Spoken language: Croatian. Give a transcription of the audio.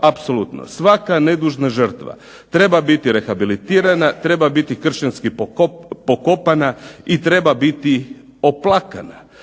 Apsolutno svaka nedužna žrtva treba biti rehabilitirana, treba biti kršćanski pokopana i treba biti oplakana.